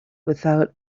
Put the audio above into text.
without